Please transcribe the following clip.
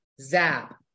Zap